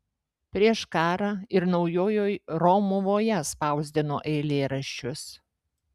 prieš karą ir naujojoj romuvoje spausdino eilėraščius